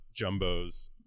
Jumbos